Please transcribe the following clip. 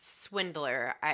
swindler